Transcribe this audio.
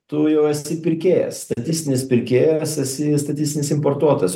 tu jau esi pirkėjas statistinis pirkėjas esi statistinis importuotas